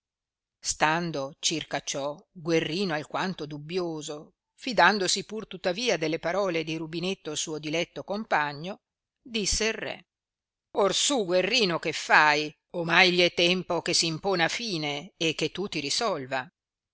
stando circa ciò guerrino alquanto dubbioso fidandosi pur tuttavia delle parole di rubinetto suo diletto compagno disse il re orsù guerrino che fai ornai gli è tempo che s impona fine e che tu ti risolva